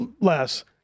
less